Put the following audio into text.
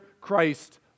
Christ